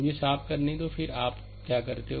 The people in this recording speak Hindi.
मुझे इसे साफ करने दो फिर आपक्या करते हो